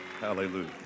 Hallelujah